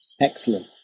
Excellent